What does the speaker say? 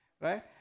Right